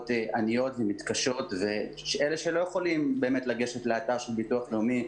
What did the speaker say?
אני מברכת את עובדי הביטוח הלאומי